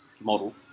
model